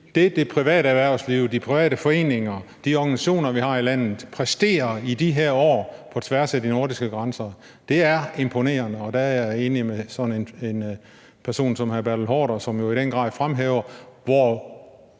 det private erhvervsliv, de private foreninger og de organisationer, vi har i landet, præsterer i de her år på tværs af de nordiske grænser, er imponerende. Og der er jeg enig med en person som hr. Bertel Haarder, som jo i den grad fremhæver, at